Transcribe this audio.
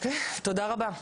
תודה רבה.